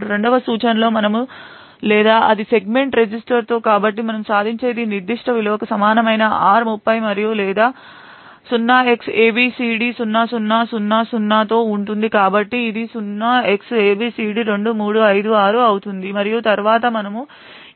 ఇప్పుడు రెండవ సూచనలో మనము లేదా అది సెగ్మెంట్ రిజిస్టర్తో కాబట్టి మనము సాధించేది ఈ నిర్దిష్ట విలువకు సమానమైన r30 మరియు లేదా 0xabcd0000 తో ఉంటుంది కాబట్టి ఇది 0xabcd2356 అవుతుంది మరియు తరువాత మనము